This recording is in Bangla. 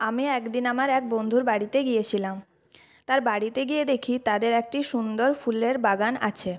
আমি একদিন আমার এক বন্ধুর বাড়িতে গিয়েছিলাম তার বাড়িতে গিয়ে দেখি তাদের একটি সুন্দর ফুলের বাগান আছে